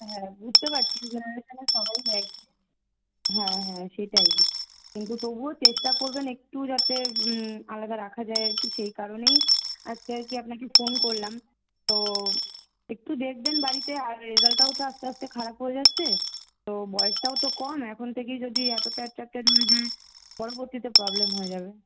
হ্যাঁ বুঝতে পারছি এই জেনারেশানের সবাই এক হ্যাঁ হ্যাঁ সেটাই কিন্তু তবুও চেষ্টা করবেন একটু যাতে আলাদা রাখা যায় আর কি সেই কারণেই আজকে আর কি আপনাকে ফোন করলাম তো একটু দেখবেন বাড়িতে আর রেজাল্টটাও তো আস্তে আস্তে খারাপ হয়ে যাচ্ছে তো বয়সটাও তো কম এখন থেকেই যদি এতোটা অ্যাট্রাকটেড হয়ে যায় পরবর্তীতে প্রবলেম হয়ে যাবে